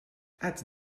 add